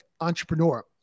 entrepreneur